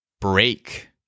Break